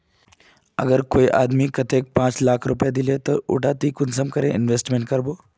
अगर कोई आदमी कतेक पाँच लाख रुपया दिले ते ती उला पैसा डायरक कुंसम करे इन्वेस्टमेंट करबो?